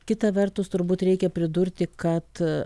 kita vertus turbūt reikia pridurti kad